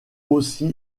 aussi